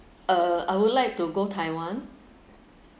uh I would like to go taiwan